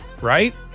right